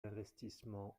investissements